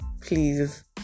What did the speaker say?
please